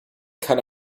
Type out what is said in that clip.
kann